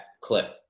clip